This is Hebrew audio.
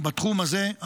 בתחום הזה,